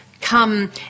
come